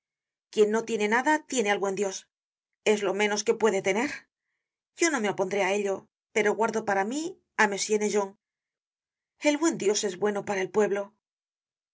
quien no tiene nada tiene al buen dios es lo menos que puede tener yo no me opondré á ello pero guardo para mí á m naigeon el buen dios es bueno para el pueblo el